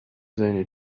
seine